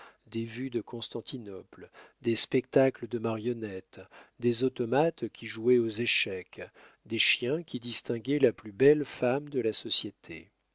des vues de constantinople des spectacles de marionnettes des automates qui jouaient aux échecs des chiens qui distinguaient la plus belle femme de la société